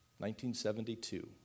1972